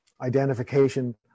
identification